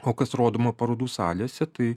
o kas rodoma parodų salėse tai